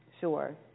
Sure